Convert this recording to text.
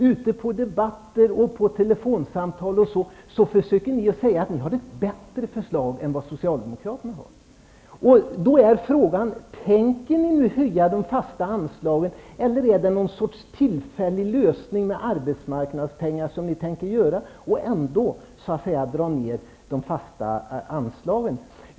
Ute i debatter och vid telefonsamtal försöker ni säga att ni har ett bättre förslag än vad socialdemokraterna har. Då är frågan: Tänker ni höja de fasta anslagen? Eller är det någon sorts tillfällig lösning med arbetsmarknadspengar som ni tänker göra och ändå dra ner de fasta anslagen?